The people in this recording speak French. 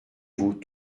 vous